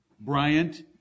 Bryant